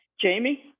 Jamie